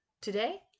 Today